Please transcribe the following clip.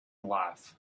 life